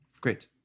Great